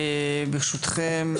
ברשותכם,